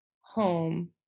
home